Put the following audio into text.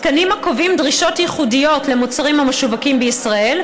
תקנים הקובעים דרישות ייחודיות למוצרים המשווקים בישראל,